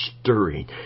stirring